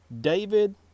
David